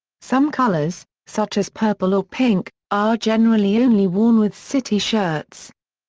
some colours, such as purple or pink, are generally only worn with city shirts.